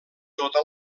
tota